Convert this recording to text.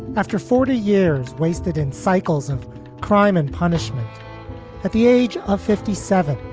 after forty years wasted in cycles of crime and punishment at the age of fifty seven,